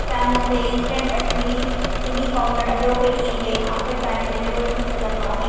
छा मूंखे eastern Kashmiri chilli powder अॼोके ॾींहुं जे आख़िर ताईं डिलीवर थी सघंदो आहे